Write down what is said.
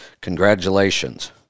congratulations